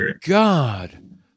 god